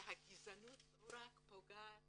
שהגזענות לא רק פוגעת